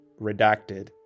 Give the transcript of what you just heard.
redacted